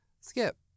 skip